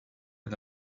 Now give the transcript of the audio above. إلى